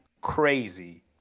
crazy